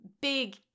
big